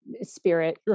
spirit